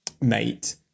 mate